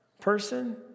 person